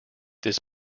this